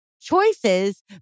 choices